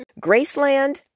Graceland